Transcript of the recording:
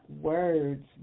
words